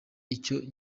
icyo